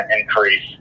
increase